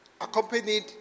accompanied